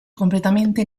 completamente